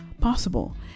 possible